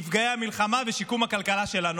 נפגעי המלחמה ושיקום הכלכלה שלנו.